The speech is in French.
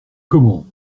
comment